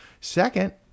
second